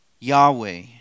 Yahweh